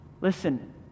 Listen